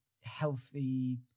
healthy